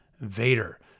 Vader